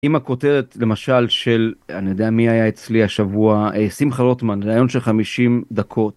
אם הכותרת למשל של אני יודע מי היה אצלי השבוע שימחה לוטמן ראיון של 50 דקות.